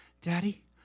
Daddy